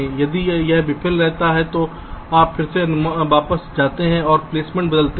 यदि यह विफल रहता है तो आप फिर से वापस जाते हैं और प्लेसमेंट बदलते हैं